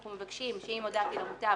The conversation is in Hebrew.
אנחנו מבקשים שאם הודעתי למוטב,